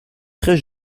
très